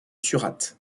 surat